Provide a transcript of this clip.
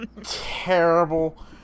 terrible